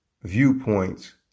viewpoints